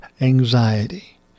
anxiety